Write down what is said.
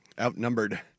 outnumbered